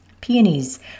Peonies